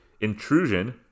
intrusion